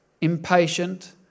Impatient